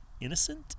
innocent